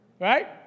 right